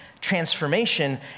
transformation